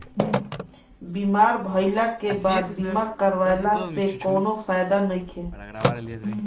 बीमार भइले के बाद बीमा करावे से कउनो फायदा नइखे